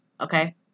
okay